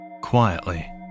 Quietly